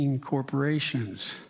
corporations